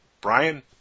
Brian